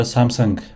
Samsung